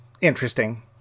interesting